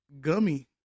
gummy